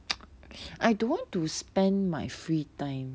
I don't want to spend my free time